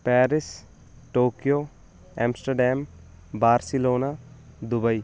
Paris Tokyo Amsterdam Barcelona Dubai